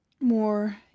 more